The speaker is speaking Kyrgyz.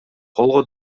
колго